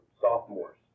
sophomores